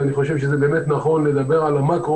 אני חושב שזה באמת נכון לדבר על המקרו